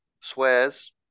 swears